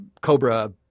Cobra